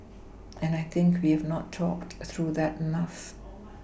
and I think we have not talked through that enough